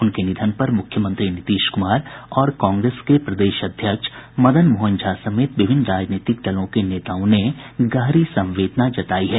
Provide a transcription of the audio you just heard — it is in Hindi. उनके निधन पर मुख्यमंत्री नीतीश कुमार और कांग्रेस के प्रदेश अध्यक्ष मदन मोहन झा समेत विभिन्न राजनीतिक दलों के नेताओं ने गहरी संवेदना जतायी है